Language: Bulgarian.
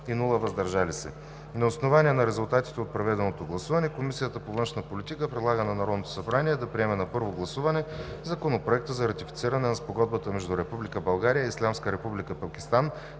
и „въздържал се“. На основание на резултатите от проведеното гласуване Комисията по външна политика предлага на Народното събрание да приеме на първо гласуване Законопроект за ратифициране на Спогодбата между Република България и Ислямска Република